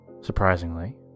Surprisingly